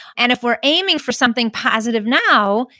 and if we're aiming for something positive now,